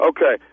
Okay